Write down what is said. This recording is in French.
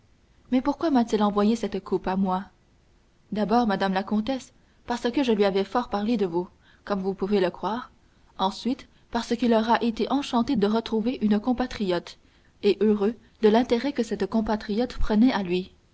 mais pourquoi m'a-t-il envoyé cette coupe à moi d'abord madame la comtesse parce que je lui avais fort parlé de vous comme vous pouvez le croire ensuite parce qu'il aura été enchanté de retrouver une compatriote et heureux de l'intérêt que cette compatriote prenait à lui